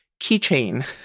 Keychain